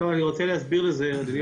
העניין